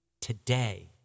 today